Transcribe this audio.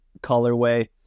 colorway